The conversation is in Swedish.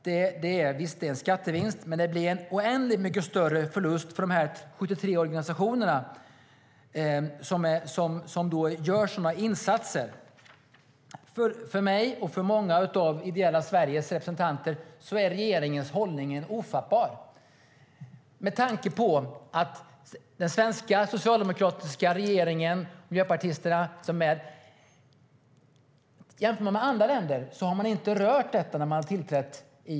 Visst, det är en skattevinst, men det blir en oändligt mycket större förlust för de 73 organisationer som gör sådana insatser. För mig och för många av det ideella Sveriges representanter är den socialdemokratiska och miljöpartistiska regeringens hållning ofattbar. I andra länder har man inte rört detta när man har tillträtt.